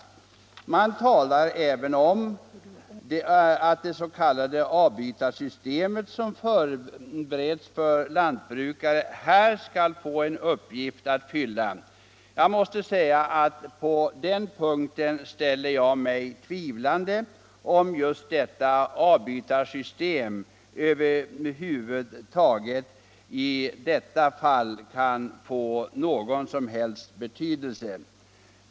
Utskottet talar också om att det s.k. avbytarsystem som förbereds för lantbrukare här skulle få en uppgift att fylla. Jag måste säga att jag ställer mig tvivlande till att avbytarsystemet i det fallet kan få någon som helst betydelse.